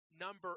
number